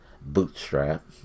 Bootstrap